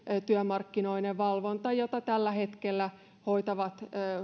työmarkkinoiden valvonta jota tällä hetkellä hoitavat